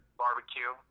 barbecue